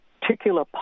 particular